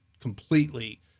completely